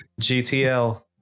GTL